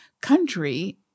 country